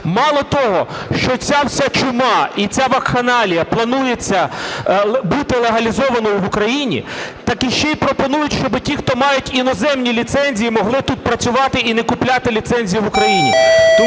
Мало того, що ця вся чума і ця вакханалія планується бути легалізованою в України, так іще й пропонують щоби ті, хто мають іноземні ліцензії, могли тут працювати і не купляти ліцензію в Україні.